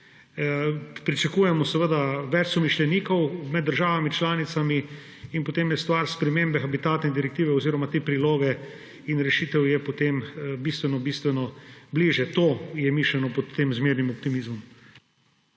Pričakujemo seveda več somišljenikov med državami članicami. In potem je stvar spremembe habitata in direktive oziroma te priloge in rešitev potem bistveno bistveno bližje. To je mišljeno pod tem zmernim optimizmom.